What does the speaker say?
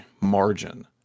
margin